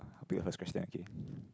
I'll pick the first question okay